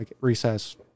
recess